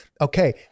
Okay